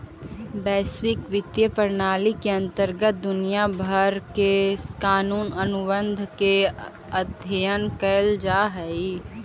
वैश्विक वित्तीय प्रणाली के अंतर्गत दुनिया भर के कानूनी अनुबंध के अध्ययन कैल जा हई